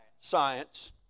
Science